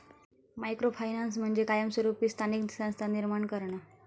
micro finance म्हणजे कायमस्वरूपी स्थानिक संस्था निर्माण करणा